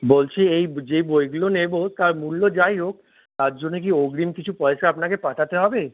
বলছি এই যে বইগুলো নেব তার মূল্য যাই হোক তার জন্যে কি অগ্রিম কিছু পয়সা আপনাকে পাঠাতে হবে